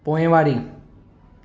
पोइवारी